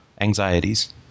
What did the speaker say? anxieties